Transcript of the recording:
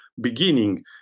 beginning